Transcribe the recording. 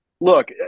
look